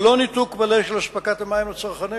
ולא ניתוק מלא של אספקת המים לצרכנים.